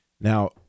Now